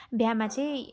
बिहेमा चाहिँ